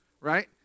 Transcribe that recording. right